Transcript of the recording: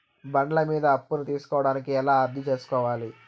బండ్ల మీద అప్పును తీసుకోడానికి ఎలా అర్జీ సేసుకోవాలి?